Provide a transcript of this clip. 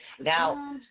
Now